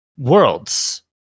Worlds